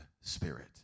spirit